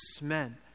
men